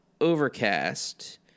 Overcast